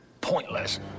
pointless